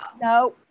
no